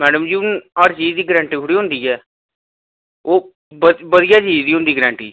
madam ji हून हर चीज़ दी गारंटी थोह्ड़े होंदी ऐ ओह् बधियां चीज़ दी होंदी गारंटी